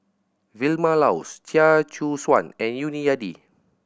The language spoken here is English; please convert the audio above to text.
Vilma Laus Chia Choo Suan and Yuni Hadi